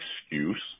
excuse